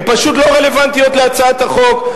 הם פשוט לא רלוונטיים להצעת החוק.